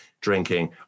drinking